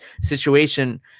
situation